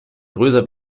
größer